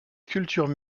sculptures